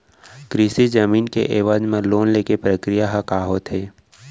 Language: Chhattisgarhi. कृषि जमीन के एवज म लोन ले के प्रक्रिया ह का होथे?